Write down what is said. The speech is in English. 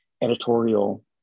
editorial